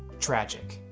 tragic.